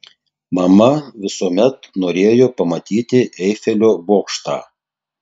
mama visuomet norėjo pamatyti eifelio bokštą